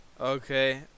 Okay